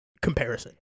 comparison